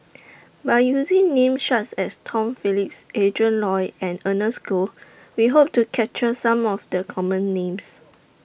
By using Names such as Tom Phillips Adrin Loi and Ernest Goh We Hope to capture Some of The Common Names